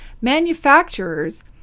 manufacturers